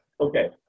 Okay